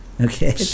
Okay